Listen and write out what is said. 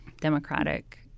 democratic